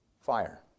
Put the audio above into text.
fire